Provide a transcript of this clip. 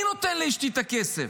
אני נותן לאשתי כסף.